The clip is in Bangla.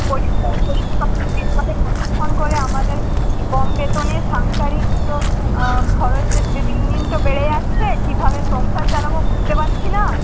পরিষ্কার পরিচ্ছন্ন একভাবে কতক্ষণ করে আমাদের কম বেতনে সাংসারিক তো খরচের দিন দিন তো বেড়ে যাচ্ছে কীভাবে সংসার চালাবো বুঝতে পারছি না